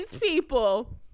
people